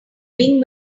wing